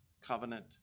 covenant